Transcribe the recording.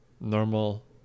normal